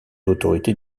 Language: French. l’autorité